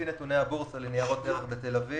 לפי נתוני הבורסה לניירות ערך בתל אביב